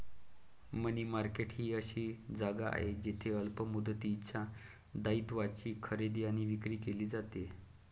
मनी market ही अशी जागा आहे जिथे अल्प मुदतीच्या दायित्वांची खरेदी आणि विक्री केली जाते